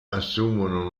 assumono